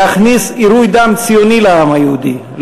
להכניס עירוי דם ציוני לעם היהודי,